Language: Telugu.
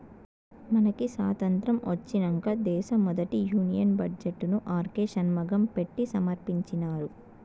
మనకి సాతంత్రం ఒచ్చినంక దేశ మొదటి యూనియన్ బడ్జెట్ ను ఆర్కే షన్మగం పెట్టి సమర్పించినారు